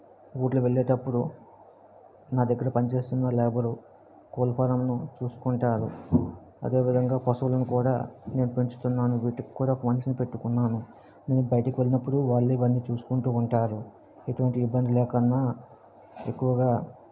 ఊర్లు వెళ్ళేటప్పుడు నా దగ్గర పని చేస్తున్నలేబరు కోళ్ళ ఫారంను చూసుకుంటారు అదేవిధంగా పశువులను కూడా నేను పెంచుతున్నాను వీటికి కూడా ఒక మనిషిని పెట్టుకున్నాను నేను బయటికి వెళ్ళినప్పుడు వాళ్ళే ఇవ్వన్నీ చూసుకుంటు ఉంటారు ఎటువంటి ఇబ్బంది లేకున్నా ఎక్కువగా